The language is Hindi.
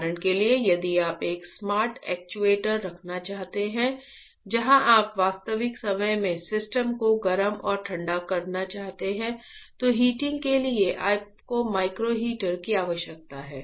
उदाहरण के लिए यदि आप एक स्मार्ट एक्ट्यूएटर रखना चाहते हैं जहां आप वास्तविक समय में सिस्टम को गर्म और ठंडा करना चाहते हैं तो हीटिंग के लिए आपको माइक्रो हीटर की आवश्यकता है